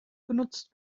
genutzt